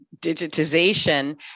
digitization